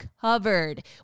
covered